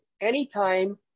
Anytime